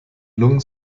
lungen